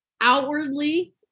outwardly